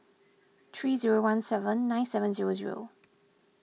three zero one seven nine seven zero zero